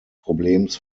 problems